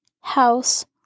House